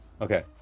okay